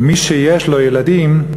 מי שיש לו ילדים,